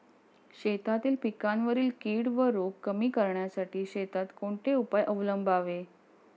शेतातील पिकांवरील कीड व रोग कमी करण्यासाठी शेतात कोणते उपाय अवलंबावे?